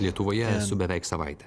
lietuvoje esu beveik savaitę